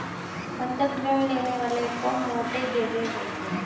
बंधक ऋण लेने वाले को मोर्टगेजेर बोलते हैं